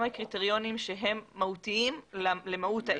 קריטריונים שהם מהותיים למהות העסק.